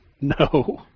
No